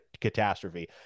catastrophe